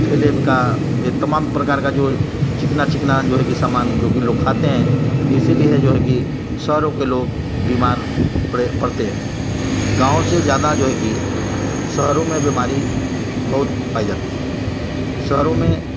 ठेले का ये तमाम प्रकार का जो चिकना चिकना जो है कि सामान जो कि लोग खाते हैं इसीलिए है जो है कि शहरों के लोग बीमार पड़े पड़ते हैं गाँव से ज़्यादा जो है कि शहरों में बीमारी बहुत पाई जाती है शहरों में